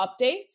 updates